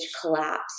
collapse